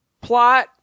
plot